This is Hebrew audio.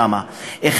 שם.